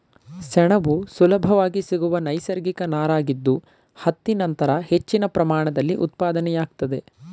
ಸೆಣಬು ಸುಲಭವಾಗಿ ಸಿಗುವ ನೈಸರ್ಗಿಕ ನಾರಾಗಿದ್ದು ಹತ್ತಿ ನಂತರ ಹೆಚ್ಚಿನ ಪ್ರಮಾಣದಲ್ಲಿ ಉತ್ಪಾದನೆಯಾಗ್ತದೆ